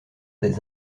des